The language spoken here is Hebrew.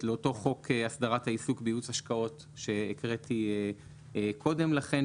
לאותו חוק הסדרת הייעוץ בעיסוק השקעות שהקראתי קודם לכן,